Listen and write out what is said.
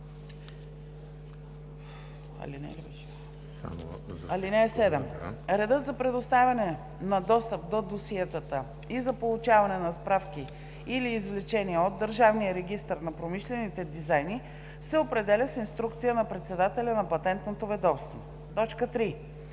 (7) Редът за предоставяне на достъп до досиетата и за получаване на справки или извлечения от Държавния регистър на промишлените дизайни се определя с инструкция на председателя на Патентното ведомство.” 3.